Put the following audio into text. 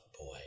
boy